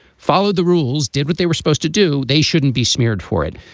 followed the rules, did what they were supposed to do. they shouldn't be smeared for it,